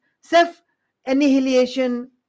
self-annihilation